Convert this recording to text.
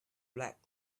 black